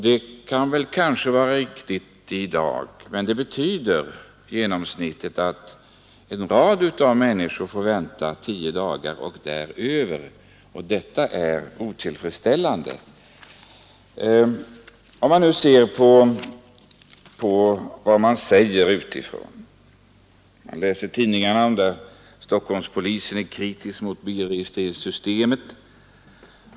Det kan kanske vara riktigt i dag, men det betyder att många människor får vänta tio dagar och däröver, och detta är otillfredsställande. Om vi nu ser på vad man säger utifrån finner vi i tidningarna att Stockholmspolisen är kritisk mot bilregistreringssystemet.